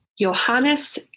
Johannes